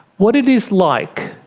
what it is like,